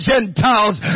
Gentiles